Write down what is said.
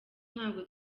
ntabwo